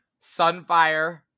Sunfire